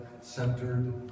centered